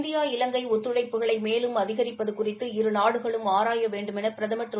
India Ilankai ஒத்துழைப்புகளை மேலும் அதிகரிப்பது குறித்து இரு நாடுகளும் ஆராய வேண்டுமென பிரதமர் திரு